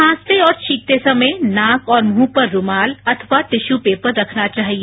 खांसते और छींकते समय नाक और मृंह पर रूमाल अथवा टिश्यू पेपर रखना चाहिए